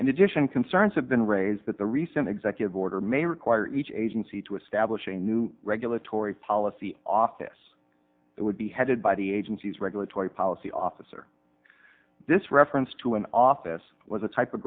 in addition concerns have been raised that the recent executive order may require each agency to establish a new regulatory policy office that would be headed by the agency's regulatory policy office or this reference to an office was a typ